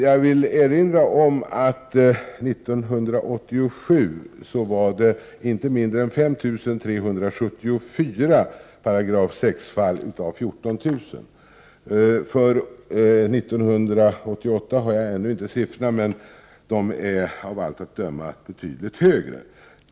Jag vill erinra om att det 1987 var inte mindre än 5 374 paragraf 6-fall av 14 000. För 1988 har jag ännu inte siffrorna, men de är av allt att döma betydligt högre.